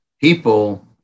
People